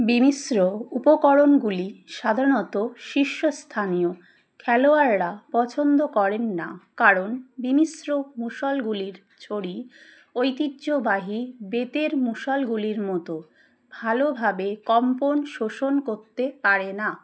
বিমিশ্র উপকরণগুলি সাধারণত শীর্ষ স্থানীয় খেলোয়াড়রা পছন্দ করেন না কারণ বিমিশ্র মুশলগুলির ছড়ি ঐতিহ্যবাহী বেতের মুশলগুলির মতো ভালোভাবে কম্পন শোষণ করতে পারে না